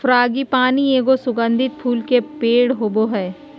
frangipani एगो सुगंधित फूल के पेड़ होबा हइ